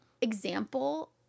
example